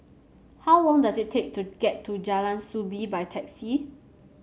how long does it take to get to Jalan Soo Bee by taxi